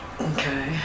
Okay